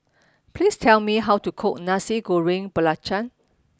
please tell me how to cook Nasi Goreng Belacan